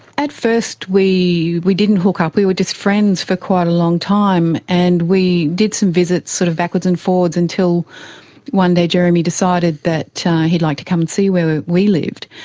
at first we we didn't hook up, we were just friends for quite a long time, and we did some visits sort of backwards and forwards until one day jeremy decided that he'd like to come and see where we we lived.